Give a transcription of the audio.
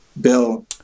Bill